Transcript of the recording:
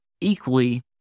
equally